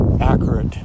accurate